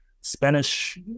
Spanish